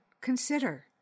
consider